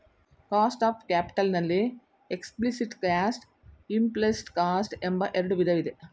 cost of capital ನಲ್ಲಿ explicit cost, implicit cost ಎಂಬ ಎರಡು ವಿಧ ಇದೆ